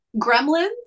Gremlins